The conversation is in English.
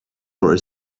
our